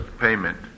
payment